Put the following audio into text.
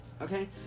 okay